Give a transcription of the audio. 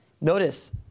Notice